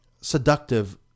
seductive